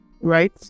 right